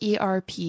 ERP